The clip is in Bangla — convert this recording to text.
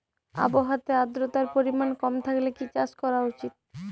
আবহাওয়াতে আদ্রতার পরিমাণ কম থাকলে কি চাষ করা উচিৎ?